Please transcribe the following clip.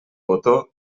botó